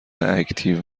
اکتیو